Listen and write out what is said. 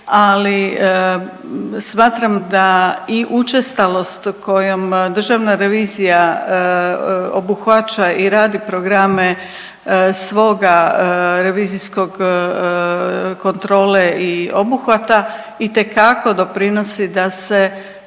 ali smatram da i učestalost kojom Državna revizija obuhvaća i radi programe svoga revizijskog kontrole i obuhvata itekako doprinosi da se